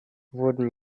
wurden